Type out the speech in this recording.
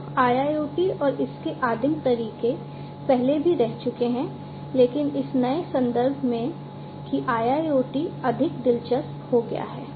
तो IIoT और इसके आदिम तरीके पहले भी रह चुके हैं लेकिन इस नए संदर्भ में कि IIoT अधिक दिलचस्प हो गया है